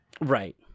Right